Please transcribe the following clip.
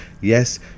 yes